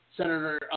Senator